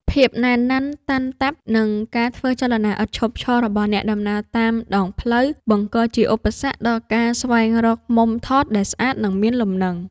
ភាពណែនណាន់តាន់តាប់ និងការធ្វើចលនាឥតឈប់ឈររបស់អ្នកដំណើរតាមដងផ្លូវ បង្កជាឧបសគ្គដល់ការស្វែងរកមុំថតដែលស្អាត និងមានលំនឹង។